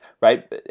right